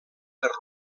per